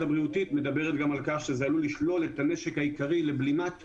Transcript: הבריאותית מדברת על כך שזה עלול לשלול את הנשק העיקרי לבלימת הנגיף,